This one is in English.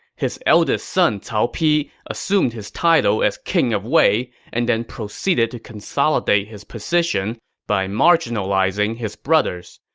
his eldest son cao pi assumed his title as king of wei and then proceeded to consolidate his position by marginalizing his brothers.